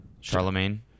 Charlemagne